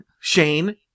Shane